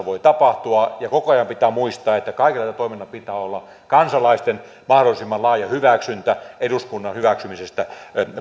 voi tapahtua ja koko ajan pitää muistaa että kaikella tällä toiminnalla pitää olla kansalaisten mahdollisimman laaja hyväksyntä eduskunnan hyväksymisestä